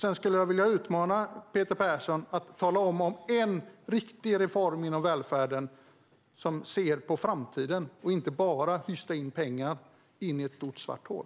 Sedan vill jag utmana Peter Persson och be honom att nämna en riktig reform inom välfärden där man ser på framtiden och inte bara hystar in pengar in i ett stort svart hål.